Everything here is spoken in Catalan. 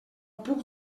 puc